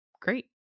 Great